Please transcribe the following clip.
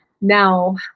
Now